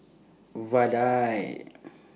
Vadai